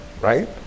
right